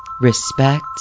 respect